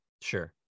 Sure